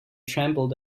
trembled